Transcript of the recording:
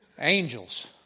Angels